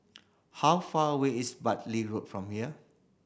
how far away is Bartley Road from here